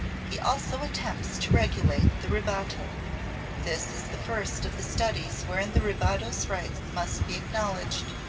he also attempts to regulate the rubato this is the first of the studies wherein the rubato's rights must be acknowledged.